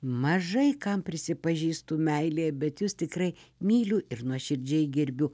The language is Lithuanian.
mažai kam prisipažįstu meilėje bet jus tikrai myliu ir nuoširdžiai gerbiu